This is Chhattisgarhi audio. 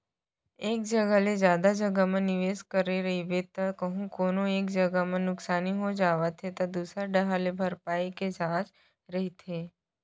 एक ले जादा जघा म निवेस करे रहिबे त कहूँ कोनो एक जगा म नुकसानी हो जावत हे त दूसर डाहर ले भरपाई के चांस रहिथे